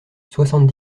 soixante